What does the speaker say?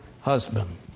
husband